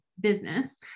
business